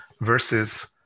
Versus